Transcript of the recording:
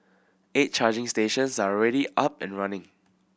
eight charging stations are already up and running